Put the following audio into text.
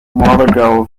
morgaŭ